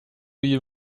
you